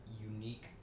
unique